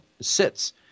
sits